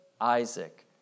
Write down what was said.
Isaac